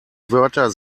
wörter